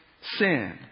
sin